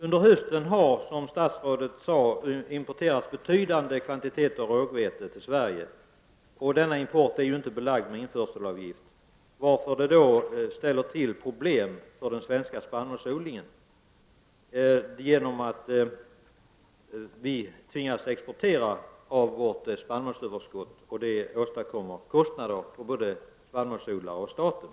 Under hösten har, som statsrådet sade, importerats betydande kvantiteter rågvete till Sverige. Denna import är inte belagd med införselavgifter, vilket ställer till problem för den svenska spannmålsodlingen. Vi tvingas ju exportera vårt spannmålsöverskott, och det åstadkommer kostnader för både spannmålsodlare och staten.